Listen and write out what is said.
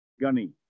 Gunny